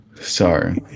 Sorry